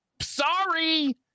Sorry